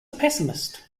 pessimist